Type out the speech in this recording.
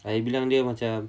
I bilang dia macam